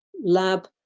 lab